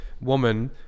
woman